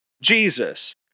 Jesus